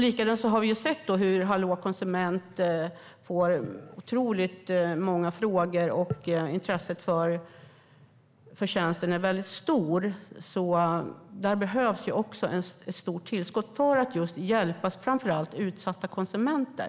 Vi har sett hur Hallå konsument får otroligt många frågor, och intresset för tjänsten är stort. Också där behövs ett stort tillskott för att hjälpa framför allt utsatta konsumenter.